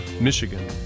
Michigan